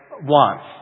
wants